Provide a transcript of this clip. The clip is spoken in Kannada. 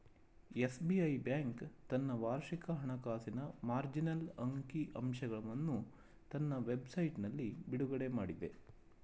ಎಸ್.ಬಿ.ಐ ಬ್ಯಾಂಕ್ ತನ್ನ ವಾರ್ಷಿಕ ಹಣಕಾಸಿನ ಮಾರ್ಜಿನಲ್ ಅಂಕಿ ಅಂಶವನ್ನು ತನ್ನ ವೆಬ್ ಸೈಟ್ನಲ್ಲಿ ಬಿಡುಗಡೆಮಾಡಿದೆ